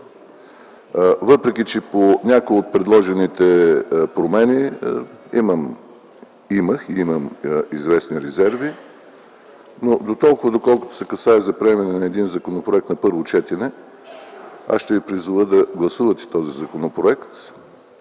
въпреки че по някои от предложените промени имах и имам известни резерви. Доколкото се касае за приемане на един законопроект на първо четене, ще ви призова да гласувате този законопроект.